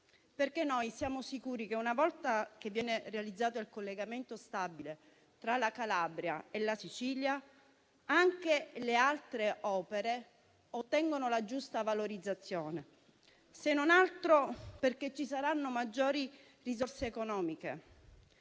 perché siamo sicuri che, una volta realizzato il collegamento stabile tra la Calabria e la Sicilia, anche le altre opere otterranno la giusta valorizzazione, se non altro perché ci saranno maggiori risorse economiche.